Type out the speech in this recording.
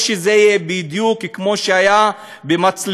או שזה יהיה בדיוק כמו שהיה במצלמות